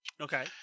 Okay